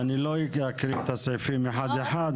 ואני לא אקריא את הסעיפים אחד אחד,